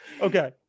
Okay